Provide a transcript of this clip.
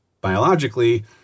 biologically